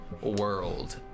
world